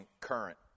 current